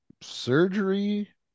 surgery